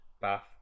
bath